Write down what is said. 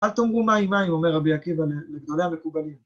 אל תאמרו מים מים, אומר רבי עקיבא, לגדולי המקובלים.